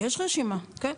יש רשימה, כן.